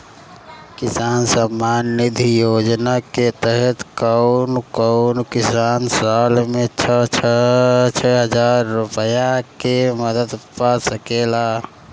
किसान सम्मान निधि योजना के तहत कउन कउन किसान साल में छह हजार रूपया के मदद पा सकेला?